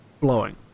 blowing